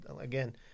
again